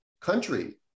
country